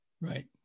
Right